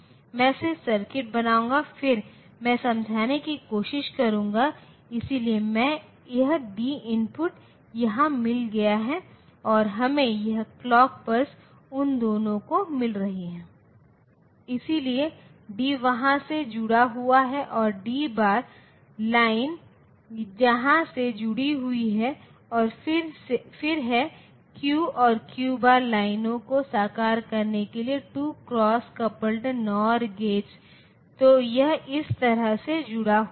मैं सिर्फ सर्किट बनाऊंगा फिर मैं समझाने की कोशिश करूंगा इसलिए हमें यह डी इनपुट यहां मिल गया है और हमें यह क्लॉक पल्स उन दोनों को मिल रही है इसलिए डी वहां से जुड़ा हुआ है और डी बार लाइन यहां से जुड़ी हुई है और फिर हैं क्यू और क्यू बार लाइनों को साकार करने के लिए 2 क्रॉस कपल्ड NOR गेट्स तो यह इस तरह से जुड़ा हुआ है